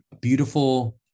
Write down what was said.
beautiful